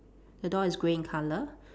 the door is grey in color